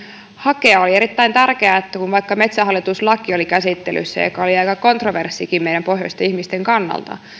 hakea oli erittäin tärkeää vaikkapa kun metsähallitus laki oli käsittelyssä joka oli aika kontroverssikin meidän pohjoisten ihmisten kannalta